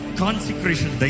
consecration